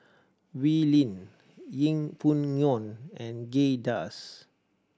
Wee Lin Yeng Pway Ngon and Kay Das